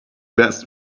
best